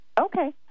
Okay